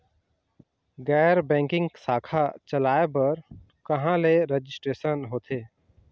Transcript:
गैर बैंकिंग शाखा चलाए बर कहां ले रजिस्ट्रेशन होथे?